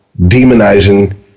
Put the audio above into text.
demonizing